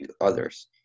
others